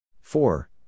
four